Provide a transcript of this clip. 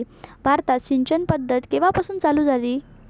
भारतात सिंचन पद्धत केवापासून चालू झाली?